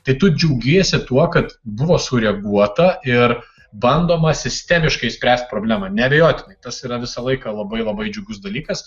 tai tu džiaugiesi tuo kad buvo sureaguota ir bandoma sistemiškai spręst problemą neabejotinai tas yra visą laiką labai labai džiugus dalykas